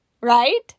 Right